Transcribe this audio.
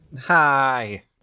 Hi